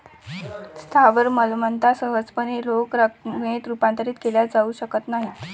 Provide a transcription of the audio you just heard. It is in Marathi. स्थावर मालमत्ता सहजपणे रोख रकमेत रूपांतरित केल्या जाऊ शकत नाहीत